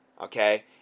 Okay